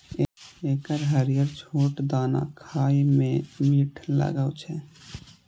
एकर हरियर छोट दाना खाए मे मीठ लागै छै